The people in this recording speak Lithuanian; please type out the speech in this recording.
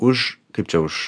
už kaip čia už